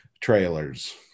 trailers